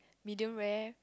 medium rare